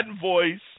Voice